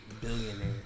Billionaire